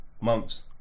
months